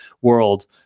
world